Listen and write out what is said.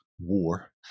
War